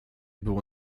było